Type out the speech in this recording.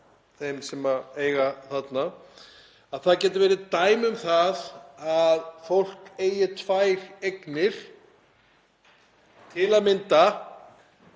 þeim sem eiga þarna húsnæði. Það geta verið dæmi um það að fólk eigi tvær eignir, til að mynda